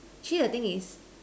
actually the thing is